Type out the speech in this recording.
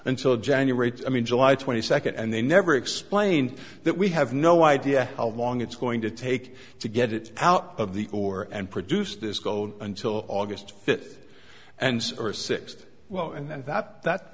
until january i mean july twenty second and they never explained that we have no why idea how long it's going to take to get it out of the or and produce this code until august fifth and or sixth well and that that